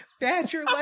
Badger